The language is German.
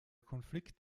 konflikt